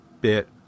bit